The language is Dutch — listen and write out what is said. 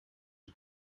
een